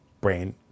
brain